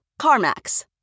CarMax